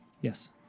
Yes